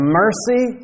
mercy